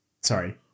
Sorry